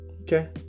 Okay